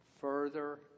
further